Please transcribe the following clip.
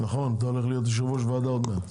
אתה צריך להיות יושב-ראש ועדה עוד מעט.